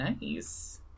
Nice